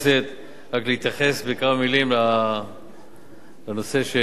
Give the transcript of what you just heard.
רק להתייחס בכמה מלים לנושא שהעלה ידידי,